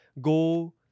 go